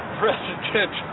president